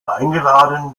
eingeladen